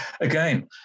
Again